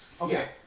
Okay